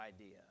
idea